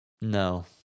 No